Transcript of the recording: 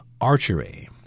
archery